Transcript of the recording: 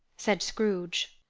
said scrooge.